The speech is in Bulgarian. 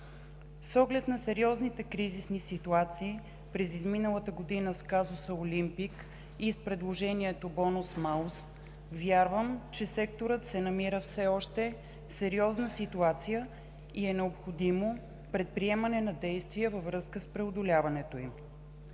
С оглед на сериозните кризисни ситуации през изминалата година с казусът „Олимпик“ и с предложението „бонус-малус“ вярвам, че секторът се намира все още в сериозна ситуация и е необходимо предприемането на действия във връзка с преодоляването им.